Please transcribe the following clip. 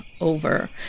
over